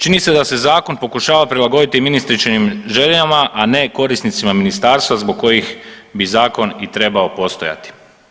Čini se da se zakon pokušava prilagoditi ministričinim željama, a ne korisnicima Ministarstva zbog kojih bi zakon i trebao postojati.